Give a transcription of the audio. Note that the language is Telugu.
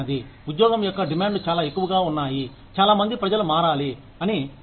ఉద్యోగం యొక్క డిమాండ్లు చాలా ఎక్కువగా ఉన్నాయి చాలా మంది ప్రజలు మారాలి అని కోరుకోరు